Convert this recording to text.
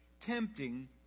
tempting